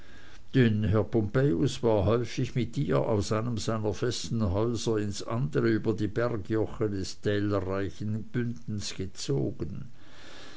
herr pompejus war häufig mit ihr aus einem seiner festen häuser ins andere über die bergjoche des tälerreichen bündens gezogen